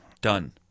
done